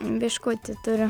biškutį turiu